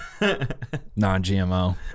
non-GMO